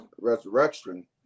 resurrection